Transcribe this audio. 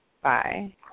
Bye